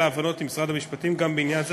להבנות עם משרד המשפטים גם בעניין זה,